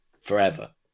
forever